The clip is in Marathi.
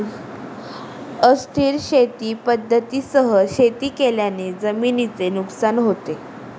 अस्थिर शेती पद्धतींसह शेती केल्याने जमिनीचे नुकसान होते